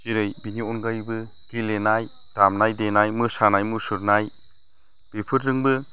जेरै बिनि अनगायैबो गेलेनाय दामनाय देनाय मोसानाय मुसुरनाय बेफोरजोंबो